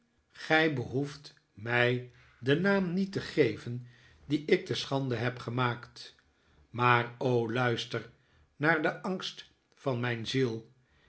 gij behoeft mij den naam niet te geven dien ik te schande heb gemaakt maar o luister naar den angst van mijn ziel